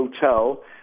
hotel